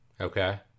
Okay